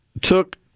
took